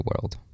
world